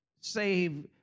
save